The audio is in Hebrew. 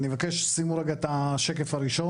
אני מבקש, שימו רגע את השקף הראשון.